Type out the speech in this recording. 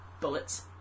bullets